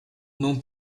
non